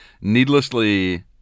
needlessly